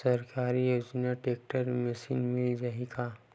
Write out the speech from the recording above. सरकारी योजना tractor machine मिल जाही का?